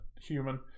human